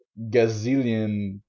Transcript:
gazillion